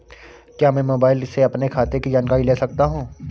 क्या मैं मोबाइल से अपने खाते की जानकारी ले सकता हूँ?